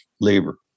labor